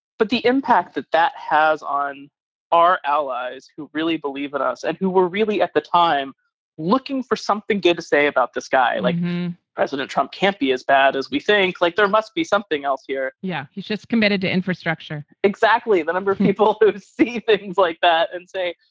but the impact that that has on our allies who really believe in us and who were really at the time looking for something good to say about this guy like president trump can't be as bad as we think. like there must be something else here yeah. he's just committed to infrastructure. exactly the number of people who see things like that and say,